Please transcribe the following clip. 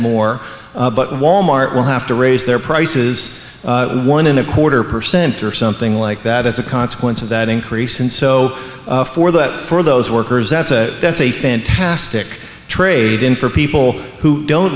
more but wal mart will have to raise their prices one and a quarter percent or something like that as a consequence of that increase and so for that for those workers that's a that's a fantastic trade in for people who don't